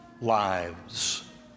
lives